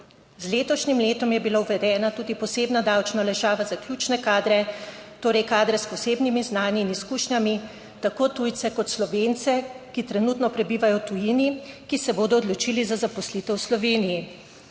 Z letošnjim letom je bila uvedena tudi posebna davčna olajšava za ključne kadre, torej kadre s posebnimi znanji in izkušnjami, tako tujce kot Slovence, ki trenutno prebivajo v tujini, ki se bodo odločili za zaposlitev v Sloveniji.